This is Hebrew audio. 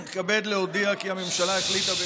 אני מתכבד להודיע כי הממשלה החליטה,